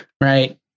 right